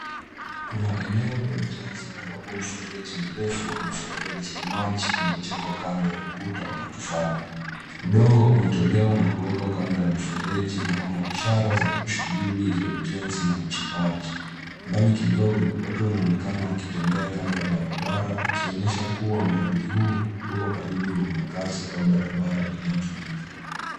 Kuna eneo la ujenzi ambapo mfereji mrefu wa mifereji ya maji unajengwa kando ya ukuta wa matofali. Udongo umetolewa na kuwekwa kando ya mfereji, na kuna ishara za shughuli za ujenzi na uchimbaji. Mbali kidogo, watu wanaonekana wakitembea kando ya barabara, ikionyesha kuwa mradi huu uko karibu na makazi au barabara inayotumika.